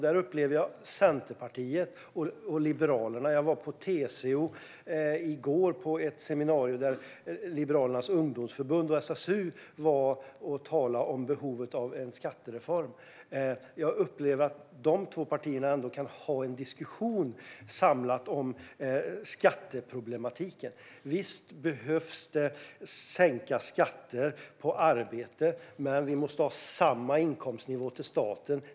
Jag var på ett seminarium hos TCO i går där Liberalernas ungdomsförbund och SSU talade om behovet av en skattereform. Jag upplever att Centerpartiet och Liberalerna ändå kan föra en diskussion samlat om skatteproblematiken. Visst behöver man sänka skatter på arbete, men vi måste ha samma inkomstnivå till staten.